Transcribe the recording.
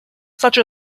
such